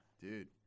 Dude